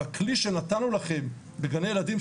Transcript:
בכלי שנתנו לכם בגני ילדים,